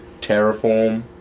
terraform